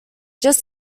just